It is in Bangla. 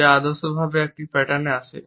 যা আদর্শভাবে একটি প্যাটার্নে আসে